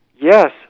yes